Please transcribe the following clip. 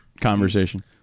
conversation